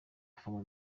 kuvoma